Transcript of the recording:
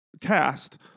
cast